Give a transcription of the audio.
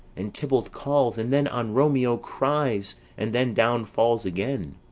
and tybalt calls and then on romeo cries, and then down falls again.